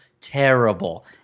terrible